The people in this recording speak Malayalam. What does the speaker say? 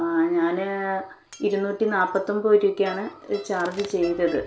ആ ഞാൻ ഇരുന്നൂറ്റി നാൽപ്പത്തൊമ്പത് രൂപയ്ക്കാണ് ചാർജ് ചെയ്തത്